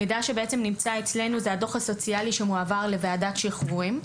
המידע שנמצא אצלנו זה הדוח הסוציאלי שמועבר לוועדת שחרורים.